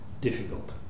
difficult